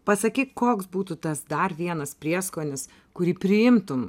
pasakyk koks būtų tas dar vienas prieskonis kurį priimtum